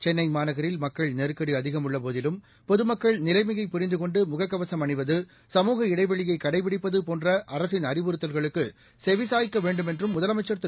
சென்னை மாநகரில் மக்கள் நெருக்கடி அதிகம் உள்ள போதிலும் பொதுமக்கள் நிலைமையை புரிந்து கொண்டு முகக்கவசம் அணிவது சமூக இடைவெளியை கடைபிடிப்பது போன்ற அரசின் அறிவுறுத்தல்களுக்கு செவிசாய்க்க வேண்டும் என்றும் முதலமைச்சா் திரு